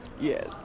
yes